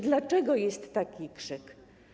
Dlaczego jest taki krzyk?